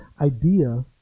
idea